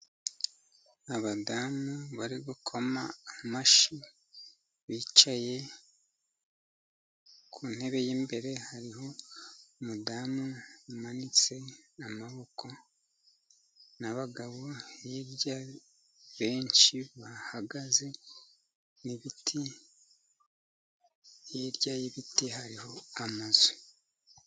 Abadamu bari gukoma amashyi, bicaye, ku ntebe y'imbere hariho umudamu umanitse amaboko, n'abagabo hirya benshi bahagaze, n'ibiti, hirya y'ibiti hariho amazu.